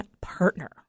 partner